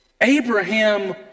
Abraham